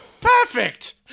Perfect